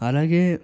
అలాగే